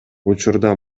учурда